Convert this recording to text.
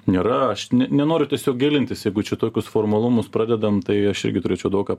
nėra aš ne nenoriu tiesiog gilintis jeigu čia tokius formalumus pradedam tai aš irgi turėčiau daug ką